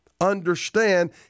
understand